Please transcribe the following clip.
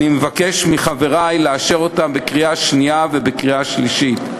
אני מבקש מחברי לאשר אותה בקריאה שנייה ובקריאה שלישית.